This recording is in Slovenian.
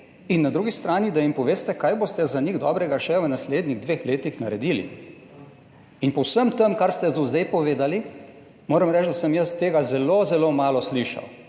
in na drugi strani, da jim poveste, kaj boste za njih dobrega še v naslednjih dveh letih naredili. In po vsem tem, kar ste do zdaj povedali, moram reči, da sem jaz tega zelo zelo malo slišal.